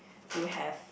to have